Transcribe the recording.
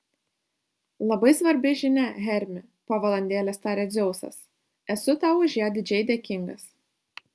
labai svarbi žinia hermi po valandėlės tarė dzeusas esu tau už ją didžiai dėkingas